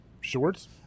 shorts